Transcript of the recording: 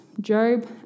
Job